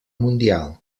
mundial